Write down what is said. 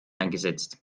eingesetzt